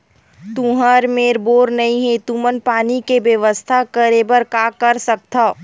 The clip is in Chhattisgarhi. तुहर मेर बोर नइ हे तुमन पानी के बेवस्था करेबर का कर सकथव?